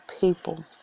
people